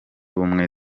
ubumwe